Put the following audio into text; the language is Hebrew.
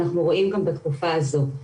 ואנחנו רואים גם בתקופה הזאת.